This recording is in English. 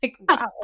wow